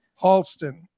Halston